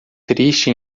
triste